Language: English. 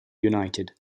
united